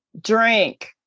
drink